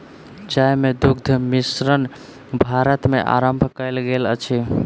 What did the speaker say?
चाय मे दुग्ध मिश्रण भारत मे आरम्भ कयल गेल अछि